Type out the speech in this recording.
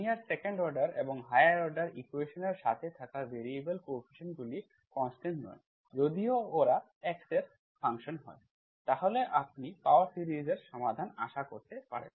linear second order এবং higher order ইকুয়েশনের সাথে থাকা ভ্যারিয়েবল কোয়েফিসিয়েন্টস গুলি কন্সট্যান্টস নয় যদি ওরা x এর ফাংশন্স হয় তাহলে আপনি পাওয়ার সিরিজ এর সমাধান আশা করতে পারেন